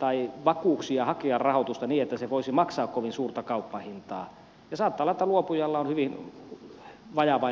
tai vakuuksia hakea rahoitusta niin että se voisi maksaa kovin suurta kauppahintaa ja saattaa olla että luopujalla on hyvin vajavainen eläketurva